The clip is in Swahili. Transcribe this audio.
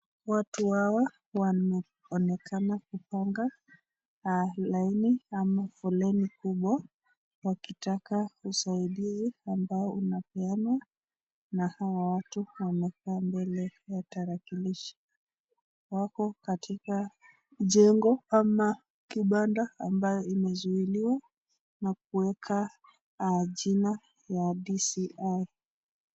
Watu hawa wanaonekana kupanga laini ama foleni kubwa wakitaka usaidizi ambao unapeanwa na hawa watu wamekaa mbele ya tarakilishi. Wako katika jengo ama kibanda ambayo imezuiliwa na kuweka jina ya DCI.